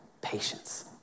patience